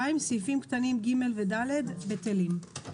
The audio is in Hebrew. סעיפים קטנים (ג) ו-(ד) בטלים.